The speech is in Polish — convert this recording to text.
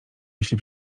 jeśli